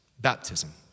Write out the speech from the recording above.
Baptism